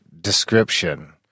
description